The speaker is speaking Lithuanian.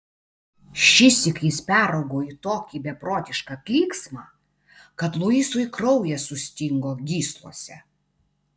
šįsyk jis peraugo į tokį beprotišką klyksmą kad luisui kraujas sustingo gyslose